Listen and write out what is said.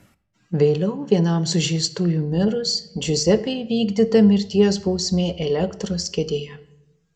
vėliau vienam sužeistųjų mirus džiuzepei įvykdyta mirties bausmė elektros kėdėje